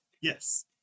yes